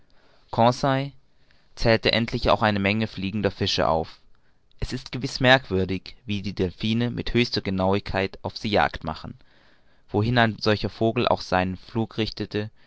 zählte endlich auch eine menge fliegender fische auf es ist gewiß merkwürdig wie die delphine mit höchster genauigkeit auf sie jagd machen wohin ein solcher vogel auch seinen flug richten